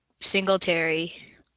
Singletary